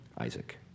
Isaac